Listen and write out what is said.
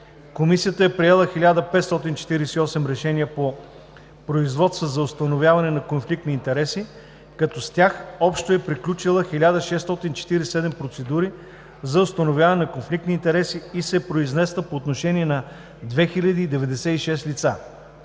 Комисията е приела 1548 решения по производства за установяване на конфликт на интереси, като с тях общо е приключила 1647 процедури за установяване на конфликт на интереси и се е произнесла по отношение на 2096 лица.